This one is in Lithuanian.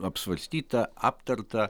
apsvarstyta aptarta